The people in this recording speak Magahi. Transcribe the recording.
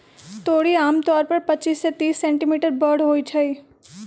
तोरी आमतौर पर पच्चीस से तीस सेंटीमीटर बड़ होई छई